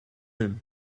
him